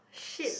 shit